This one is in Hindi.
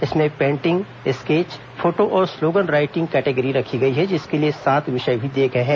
इसमें पेंटिंग स्केच फोटो और स्लोगन राइटिंग कैटेगरी रखी गई है जिसके लिए सात विषय भी दिए गए हैं